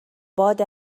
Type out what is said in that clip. باد